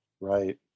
Right